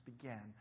began